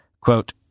Quote